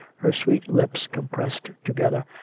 her sweet lips compressed together,